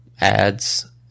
ads